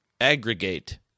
Aggregate